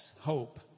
hope